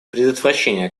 предотвращение